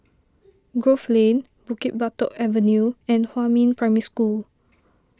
Grove Lane Bukit Batok Avenue and Huamin Primary School